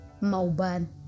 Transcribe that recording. mauban